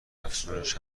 افزونش